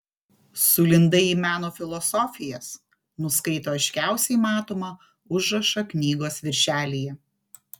sulindai į meno filosofijas nuskaito aiškiausiai matomą užrašą knygos viršelyje